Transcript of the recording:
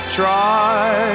try